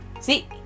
See